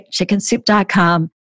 chickensoup.com